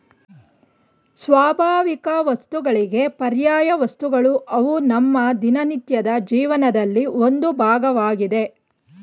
ಸ್ವಾಭಾವಿಕವಸ್ತುಗಳಿಗೆ ಪರ್ಯಾಯವಸ್ತುಗಳು ಅವು ನಮ್ಮ ದಿನನಿತ್ಯದ ಜೀವನದಲ್ಲಿ ಒಂದು ಭಾಗವಾಗಿದೆ